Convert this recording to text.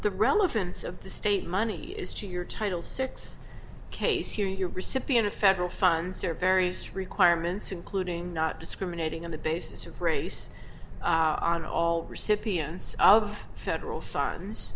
the relevance of the state money is to your title six case you your recipient of federal funds are various requirements including not discriminating on the basis of race on all recipients of federal